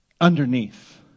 underneath